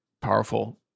powerful